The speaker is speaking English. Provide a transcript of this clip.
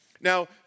Now